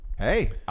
Hey